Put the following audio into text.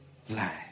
fly